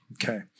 Okay